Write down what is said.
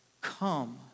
come